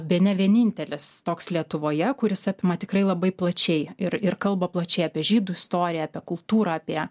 bene vienintelis toks lietuvoje kuris apima tikrai labai plačiai ir ir kalba plačiai apie žydų istoriją apie kultūrą apie